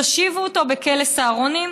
יושיבו אותו בכלא סהרונים.